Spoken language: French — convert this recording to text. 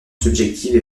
subjective